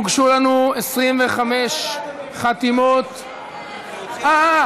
הוגשו לנו 25 חתימות, רק רגע, אדוני, אה.